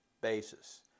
basis